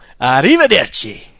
Arrivederci